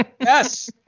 Yes